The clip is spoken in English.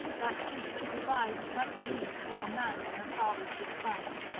that she should devise such deeds for a man in her father's despite.